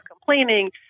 complaining